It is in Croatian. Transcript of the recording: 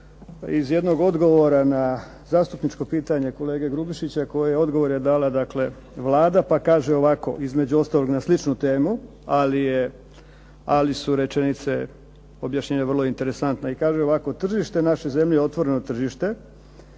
iz jednog odgovora na zastupničko pitanje kolege Grubišića koji odgovor je dala dakle Vlada pa kaže ovako, između ostalog na sličnu temu, ali su rečenice, objašnjenja vrlo interesantna. I kaže ovako: "Tržište naše zemlje je otvoreno tržište